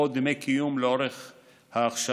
או דמי קיום לאורך ההכשרה,